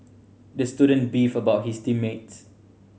the student beefed about his team mates